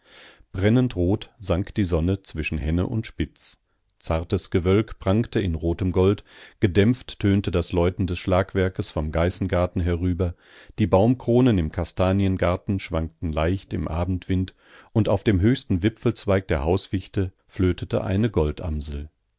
brennend rot sank die sonne zwischen henne und spitz zartes gewölk prangte in rotem gold gedämpft tönte das läuten des schlagwerks vom geißengarten herüber die baumkronen im kastaniengarten schwankten leicht im abendwind und auf dem höchsten wipfelzweig der hausfichte flötete eine